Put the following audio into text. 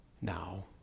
now